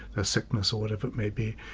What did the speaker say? ah sickness, or whatever it may be,